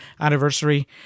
anniversary